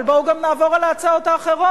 אבל בואו גם נעבור על ההצעות האחרות.